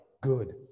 good